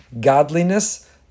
godliness